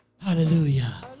Hallelujah